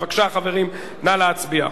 בבקשה, חברים, נא להצביע.